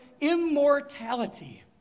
immortality